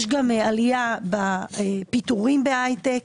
יש גם עלייה בפיטורים בהייטק,